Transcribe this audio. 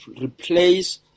replace